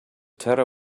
terror